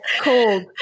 cold